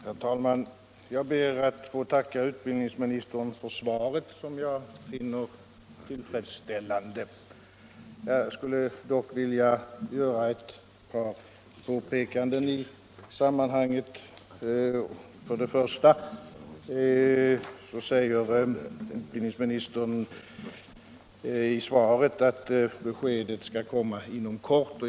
Herr talman! Jag ber att få tacka utbildningsministern för svaret, som jag finner tillfredsställande. Jag skulle dock vilja göra ett par påpekanden i sammanhanget. För det första säger utbildningsministern i svaret att beskedet skall komma inom kort.